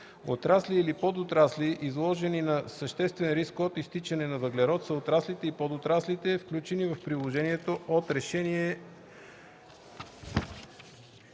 „Отрасли или подотрасли, изложени на съществен риск от изтичане на въглерод” са отраслите и подотраслите, включени в приложението от Решение